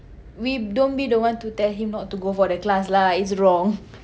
we don't be the one to tell him not to go for the class lah it's wrong